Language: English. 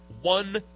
One